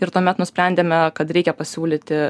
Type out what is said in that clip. ir tuomet nusprendėme kad reikia pasiūlyti